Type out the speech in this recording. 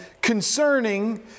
concerning